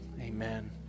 Amen